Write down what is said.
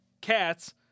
Cats